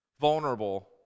vulnerable